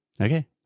Okay